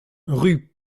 rue